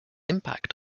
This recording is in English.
impact